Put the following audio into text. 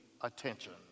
attention